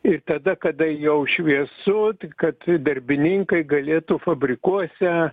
ir tada kada jau šviesu kad darbininkai galėtų fabrikuose